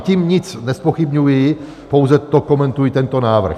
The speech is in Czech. Tím nic nezpochybňuji, pouze komentuji tento návrh.